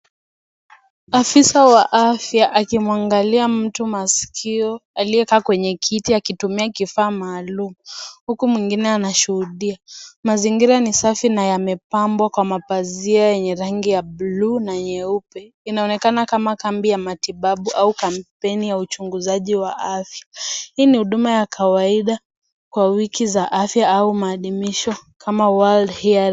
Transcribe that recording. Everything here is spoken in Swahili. Afisa wa afya akimwangalia mtu maskio, aliye kaa kwenye kiti akitumia kifaa maalum, huku mwingine anashuudia, mazingira ni safi na yamepambwa kwa mapazia yenye rangi ya (cs)blue(cs) na nyeupe, inaonekana kama kambia ya matibabu au kampeni ya uchunguzaji wa afya. Hii ni huduma ya kawaida kwa wiki za afya au maadimisho kama (cs)world hear(cs).